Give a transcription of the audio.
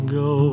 go